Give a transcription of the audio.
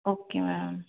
okay ma'am